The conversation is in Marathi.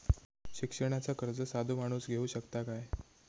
शिक्षणाचा कर्ज साधो माणूस घेऊ शकता काय?